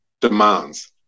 demands